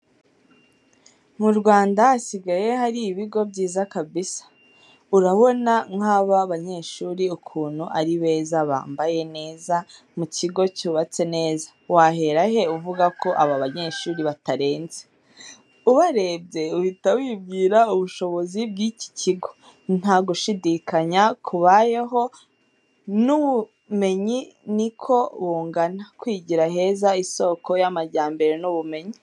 Mu Rwanda hasigaye hari ibigo byiza kabisa, urabona nk'aba banyeshuri ukuntu ari beza bambaye neza, ku kigo cyubatse neza, wahera he uvuga ko aba banyeshuri batarenze? Ubarebye uhita wibwira ubushobozi bw'iki kigo ntagushidikanya kubayeho, n'ubumenyi niko bungana. Kwigira heza, isoko y'amajyambere n'ubumenyi.